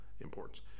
importance